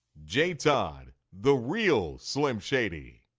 j todd the real slim shady!